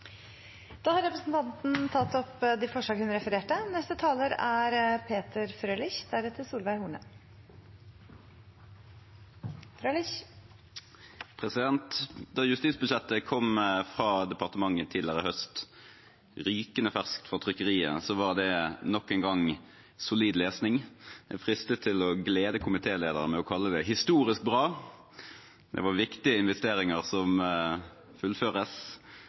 Da justisbudsjettet kom fra departementet tidligere i høst, rykende ferskt fra trykkeriet, var det nok en gang solid lesning. Jeg er fristet til å glede komitélederen med å kalle det historisk bra. Det er viktige investeringer som fullføres.